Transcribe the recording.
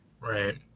Right